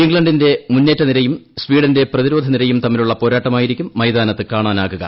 ഇംഗ്ലണ്ടിന്റെ മുന്നേറ്റനിരയും സ്വീഡന്റേയും പ്രതിരോധനിരയും തമ്മിലുള്ള പോരാട്ടമായിരിക്കും മൈതാനത്ത് കാണാനാകുക